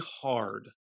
hard